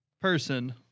person